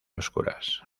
oscuras